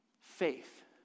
faith